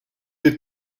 êtes